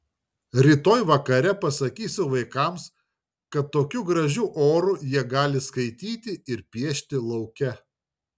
rytoj vakare pasakysiu vaikams kad tokiu gražiu oru jie gali skaityti ir piešti lauke